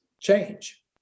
change